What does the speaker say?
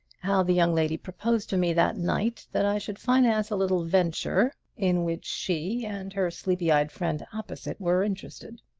how the young lady proposed to me that night that i should finance a little venture in which she and her sleepy-eyed friend opposite were interested.